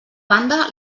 banda